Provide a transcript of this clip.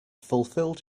fulfilled